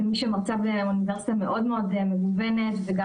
כמי שמרצה באוניברסיטה מאוד מאוד מגוונת וגם